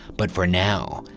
but for now,